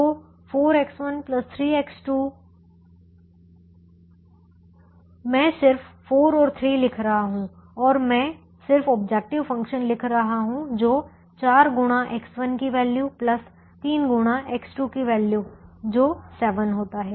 तो 4X1 3X2 मैं सिर्फ 4 और 3 लिख रहा हूं और मैं सिर्फ ऑब्जेक्टिव फंक्शन लिख रहा हूं जो 4 गुणा X1 की वैल्यू 3 गुणा X2 की वैल्यू जो 7 होता है